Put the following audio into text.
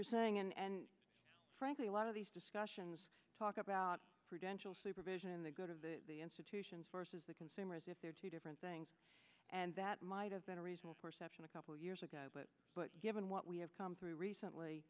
you're saying and frankly a lot of these discussions talk about prudential sleeper vision the good of the institutions versus the consumers if they're two different things and that might have been a result perception a couple years ago but but given what we have come through recently